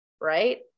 right